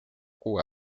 kuue